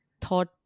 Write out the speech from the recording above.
thought